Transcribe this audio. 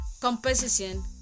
composition